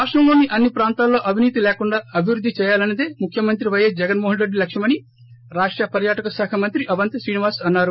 రాష్టంలోని అన్ని ప్రాంతాల్లో అవినీతి లేకుండా అభివృద్ది చేయాలన్నదే ముఖ్యమంత్రిపైఎస్ జగ్తోస్మోహన్రెడ్డి లక్ష్యమని రాష్ట పర్యాటక శాఖ మంత్రి అవంతి శ్రీనివాస్ అన్నారు